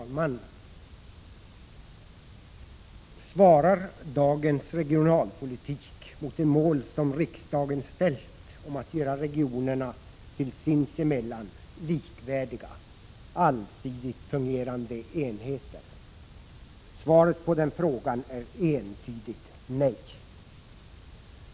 Herr talman! Svarar dagens regionalpolitik mot de mål som riksdagen ställt om att göra regionerna till sinsemellan likvärdiga, allsidigt fungerande enheter? Svaret på den frågan är entydigt nej!